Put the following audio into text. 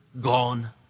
gone